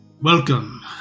Welcome